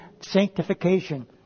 sanctification